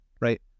right